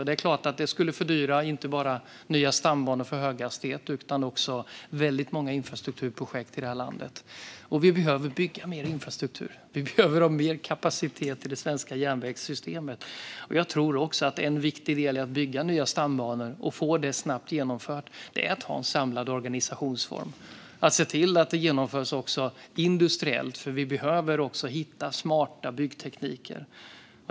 Detta skulle givetvis fördyra inte bara nya stambanor för höghastighet utan också många andra infrastrukturprojekt i vårt land. Vi behöver bygga mer infrastruktur. Vi behöver ha mer kapacitet i det svenska järnvägssystemet. En viktig del i att bygga nya stambanor och få det snabbt genomfört är att ha en samlad organisationsform. Det ska också genomföras industriellt, för vi behöver hitta smarta byggtekniker.